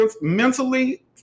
mentally